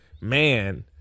man